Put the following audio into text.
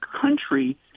country